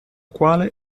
quale